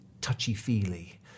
touchy-feely